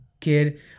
kid